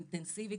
אינטנסיבית,